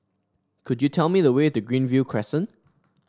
could you tell me the way to Greenview Crescent